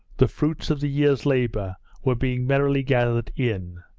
the fruits of the year's labour were being merrily gathered in,